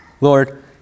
Lord